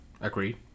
Agreed